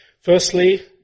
Firstly